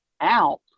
out